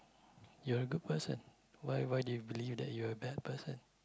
you are a good person why why do you believe that you are a bad person